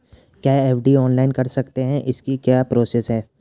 क्या FD online कर सकते हैं इसकी क्या प्रोसेस है?